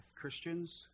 Christians